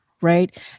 right